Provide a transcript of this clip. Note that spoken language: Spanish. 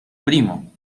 primo